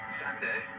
sunday